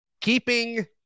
keeping